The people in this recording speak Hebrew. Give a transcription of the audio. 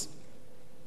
בבקשה, אדוני.